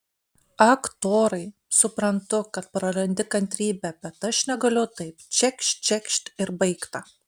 ak torai suprantu kad prarandi kantrybę bet aš negaliu taip čekšt čekšt ir baigta